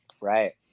Right